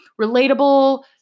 relatable